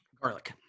Garlic